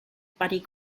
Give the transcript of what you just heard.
but